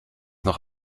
noch